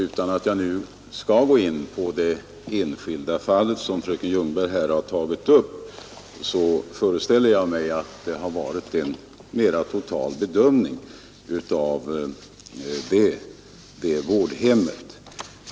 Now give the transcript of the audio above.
Utan att gå in på det enskilda fall som fröken Ljungberg har tagit upp vill jag ändå säga att jag föreställer mig att det varit fråga om en mera total bedömning av det vårdhemmet.